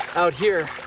out here,